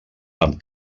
amb